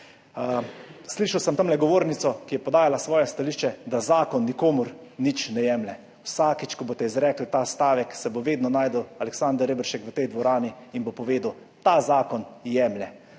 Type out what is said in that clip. Slišal sem tamle govornico, ki je podajala svoje stališče, da zakon nikomur nič ne jemlje. Vsakič, ko boste izrekli ta stavek, se bo vedno našel Aleksander Reberšek v tej dvorani in bo povedal: Ta zakon jemlje.